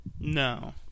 No